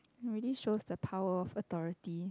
really show the power of authority